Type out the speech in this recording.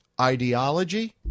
ideology